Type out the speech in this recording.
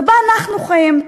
ובה אנחנו חיים.